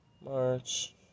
March